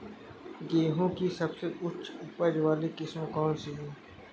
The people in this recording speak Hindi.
गेहूँ की सबसे उच्च उपज बाली किस्म कौनसी है?